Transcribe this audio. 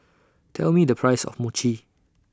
Tell Me The Price of Mochi